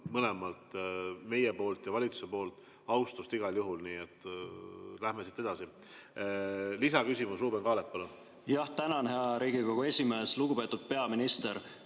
mõlemalt, meie poolelt ja valitsuse poolelt: austust igal juhul. Nii et läheme siit edasi. Lisaküsimus, Ruuben Kaalep, palun! Tänan, hea Riigikogu esimees! Lugupeetud peaminister!